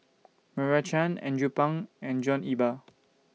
Meira Chand Andrew Phang and John Eber